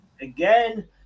again